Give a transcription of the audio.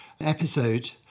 episode